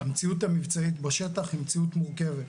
המציאות המבצעית בשטח היא מציאות מורכבת.